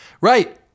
Right